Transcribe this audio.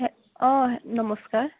হে অঁ নমস্কাৰ